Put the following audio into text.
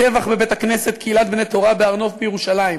טבח בבית-הכנסת "קהילת בני תורה" בהר-נוף בירושלים,